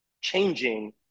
changing